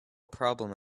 problem